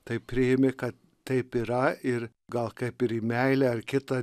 tai priimi kad taip yra ir gal kaip ir į meilę ar kitą